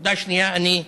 נקודה שנייה, אני,